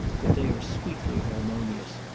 but they are sweetly harmonious,